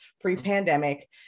pre-pandemic